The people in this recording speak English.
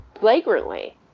flagrantly